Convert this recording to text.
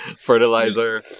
Fertilizer